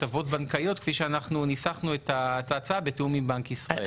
הטבות בנקאיות כפי שאנחנו ניסחנו את ההצעה בתיאום עם בנק ישראל.